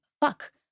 fuck